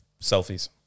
selfies